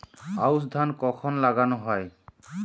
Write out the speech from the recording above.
আউশ ধান কখন লাগানো হয়?